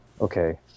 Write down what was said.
okay